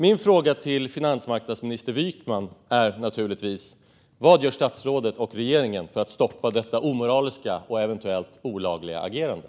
Min fråga till finansmarknadsminister Niklas Wykman är: Vad gör statsrådet och regeringen för att stoppa detta omoraliska och eventuellt olagliga agerande?